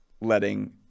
letting